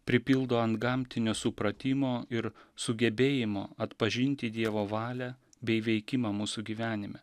pripildo antgamtinio supratimo ir sugebėjimo atpažinti dievo valią bei veikimą mūsų gyvenime